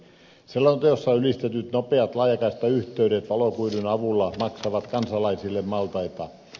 selonteossa ylistetyt nopeat laajakaistayhteydet valokuidun avulla maksavat kansalaisille maltaita